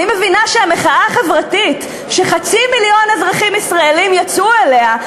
אני מבינה שהמחאה החברתית שחצי מיליון אזרחים ישראלים יצאו אליה,